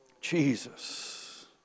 Jesus